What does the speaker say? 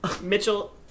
Mitchell